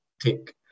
take